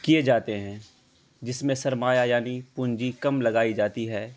کیے جاتے ہیں جس میں سرمایہ یعنی پونجی کم لگائی جاتی ہے